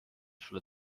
sulle